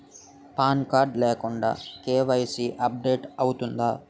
Pan card లేకుండా KYC update అవుతుందా?